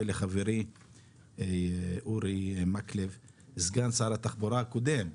לחברי אורי מקלב סגן שר התחבורה הקודם,